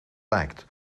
lijkt